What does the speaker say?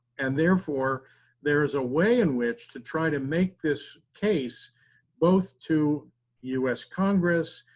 and therefore there's a way in which to try to make this case both to u s. congress,